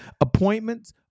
appointments